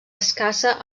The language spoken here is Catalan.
escassa